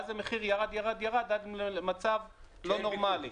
ואז המחיר יורד ויורד עד למצב לא נורמלי.